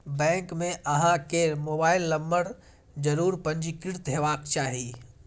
bank मे अहां केर मोबाइल नंबर जरूर पंजीकृत हेबाक चाही